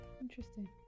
Interesting